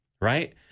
right